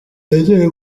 nizere